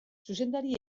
zuzendari